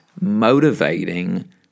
motivating